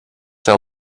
tell